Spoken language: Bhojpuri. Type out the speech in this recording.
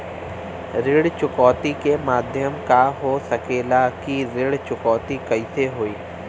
ऋण चुकौती के माध्यम का हो सकेला कि ऋण चुकौती कईसे होई?